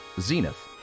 Zenith